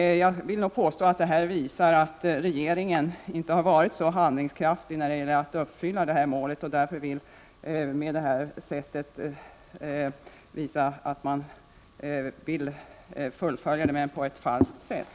Jag vill påstå att det här visar att regeringen inte har varit så handlingskraftig när det gäller att uppfylla målet och att man därför med det här sättet att räkna vill visa att man vill nå målet men på ett falskt sätt.